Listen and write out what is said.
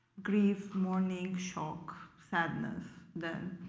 grief, mourning, shock, sadness, then